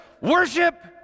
Worship